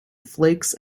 flakes